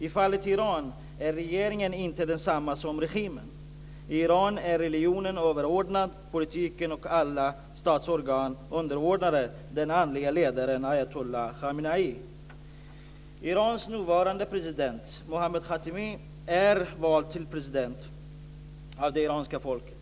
I fallet Iran är regeringen inte densamma som regimen. I Iran är religionen överordnad politiken, och alla statsorgan är underordnade den andlige ledaren ayatolla Khamenei. Irans nuvarande president Mohammad Khatami är vald till president av det iranska folket.